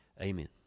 amen